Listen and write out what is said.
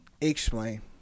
Explain